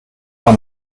war